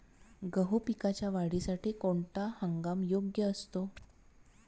गहू पिकाच्या वाढीसाठी कोणता हंगाम योग्य असतो?